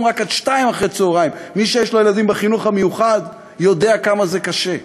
רק עד 14:00. מי שיש לו ילדים בחינוך המיוחד יודע כמה זה קשה.